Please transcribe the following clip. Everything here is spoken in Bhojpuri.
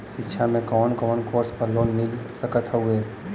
शिक्षा मे कवन कवन कोर्स पर लोन मिल सकत हउवे?